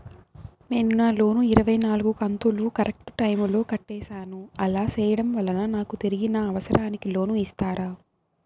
నేను నా లోను ఇరవై నాలుగు కంతులు కరెక్టు టైము లో కట్టేసాను, అలా సేయడం వలన నాకు తిరిగి నా అవసరానికి లోను ఇస్తారా?